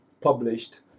published